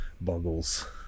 boggles